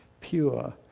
pure